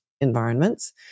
environments